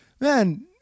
man